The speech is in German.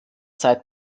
zeit